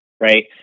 right